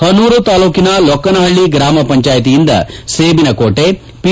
ಪನೂರು ತಾಲ್ಡೂಕಿನ ಲೊಕ್ಕನಹಳ್ಳಿ ಗ್ರಾಮ ಪಂಚಾಯಿತಿಯಿಂದ ಸೇಬಿನ ಕೋಟೆ ಪಿ